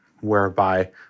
whereby